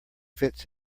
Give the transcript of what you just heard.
fits